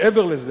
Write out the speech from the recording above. מעבר לזה,